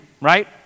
right